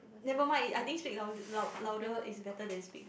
never mind I think speak loud loud louder is better than speak